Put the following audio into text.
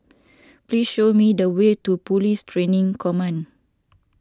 please show me the way to Police Training Command